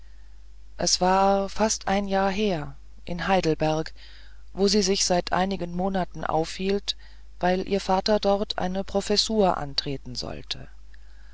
es war fast ein jahr her in heidelberg wo sie sich seit einigen monaten aufhielten weil ihr vater dort eine professur antreten sollte